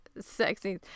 sexy